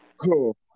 Cool